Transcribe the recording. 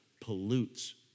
pollutes